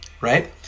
right